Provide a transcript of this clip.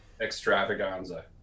extravaganza